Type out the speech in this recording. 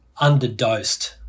underdosed